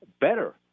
better